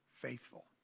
faithful